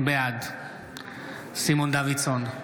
בעד סימון דוידסון,